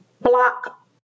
block